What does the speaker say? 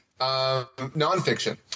nonfiction